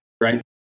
Right